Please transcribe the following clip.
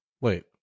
Wait